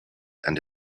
and